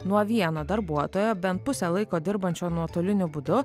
nuo vieno darbuotojo bent pusę laiko dirbančio nuotoliniu būdu